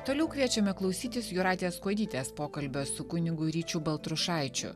toliau kviečiame klausytis jūratės kuodytės pokalbio su kunigu ryčiu baltrušaičiu